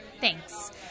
Thanks